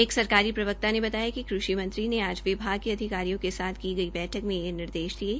एक सरकारी प्रवक्ता ने बताया कि कृषि मंत्री ने आज विभाग के अधिकारियों के साथ की गई बैठक में ये निर्देश दिये